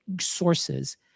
sources